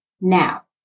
Now